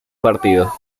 partido